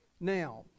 Now